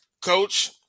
Coach